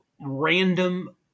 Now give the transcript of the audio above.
random